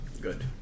Good